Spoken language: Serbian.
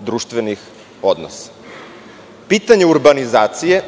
društvenih odnosa. Pitanje urbanizacije,